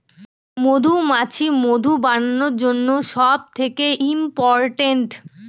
মধুমাছি মধু বানানোর জন্য সব থেকে ইম্পোরট্যান্ট